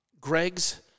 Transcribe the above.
Greg's